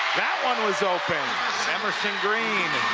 that one was open emerson green